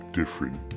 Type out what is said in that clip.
different